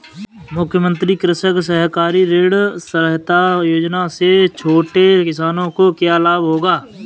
मुख्यमंत्री कृषक सहकारी ऋण सहायता योजना से छोटे किसानों को क्या लाभ होगा?